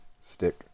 Stick